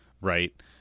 right